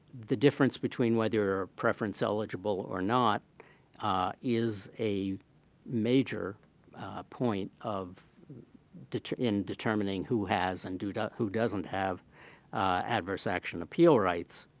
the difference between whether you're a preference eligible or not is a major point of deter in determining who has and do who doesn't have adverse action appeal rights.